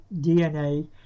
DNA